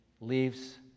leaves